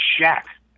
shack